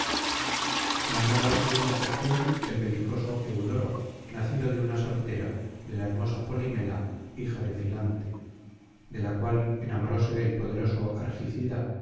mandaba la segunda sección el belicoso eudoro nacido de una soltera de la hermosa polimela hija de filante de la tal enamoróse el poderoso